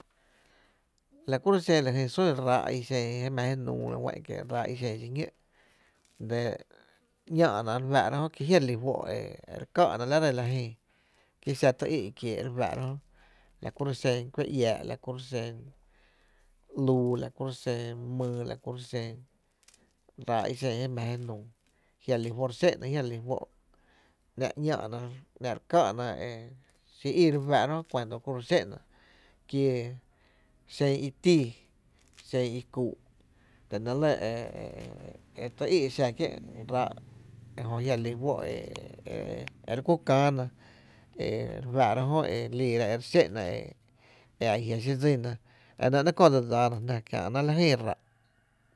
La kúro’ xen lajyn sún ráá’ i xen ji mⱥⱥ ji nuu, fá’n kié’ i xen xiñó’ re ‘ñáá’ na re fáá’ra jö ki jia’ re lí fó’ re ká’na la ree la jïï, ki xa tý i’ kiee’ re fáá’ra jö, la kuru’ xen kua iää’ la kuru’ xen ‘luu la kúru’ xen myy la kuro’ xen ráá’ i xen ji mⱥ ji nuu, jia’ re li fó’ re xé’na jia’ re li fó’, ‘ná’ ‘ñáá’na, ‘ná’ re jmⱥⱥra xi í re fáá’ ra jö, cuando ku re xé’na kie xen i tíí, xen i kuu’, la nɇ lɇ e e tý í’ xa kié’ rá´’ e jö jia’ re lí fó’ e e re ku kää na e re fáá’ra jö e liira e re xé’na e a jia’ xí dsina, e nɇ ba ‘neé’ köö dse dsáá na jná kiäná la jyn ráá’.